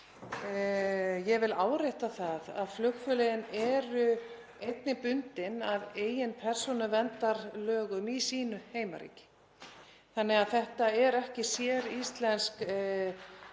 Ég vil árétta það að flugfélögin eru einnig bundin af eigin persónuverndarlögum í sínu heimaríki þannig að þetta er ekki séríslensk